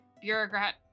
bureaucrat